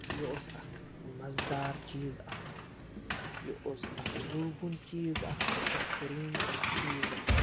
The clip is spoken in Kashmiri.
یہِ اوس اَکھ مَزٕدار چیٖز اَکھ یہِ اوس اَکھ لوٗبوُن چیٖز اَکھ بہتریٖن چیٖز اَکھ